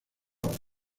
madre